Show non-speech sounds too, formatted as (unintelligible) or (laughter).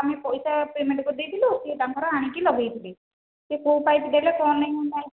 ଆମେ ପଇସା ପେମେଣ୍ଟ୍ କରିଦେଇଥିଲୁ ସେ ତାଙ୍କର ଆଣିକି ଲଗାଇଥିଲେ ସେ କେଉଁ ପାଇପ୍ ଦେଲେ କ'ଣ ନାଇଁ (unintelligible)